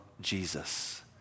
Jesus